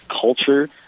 culture